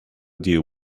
deal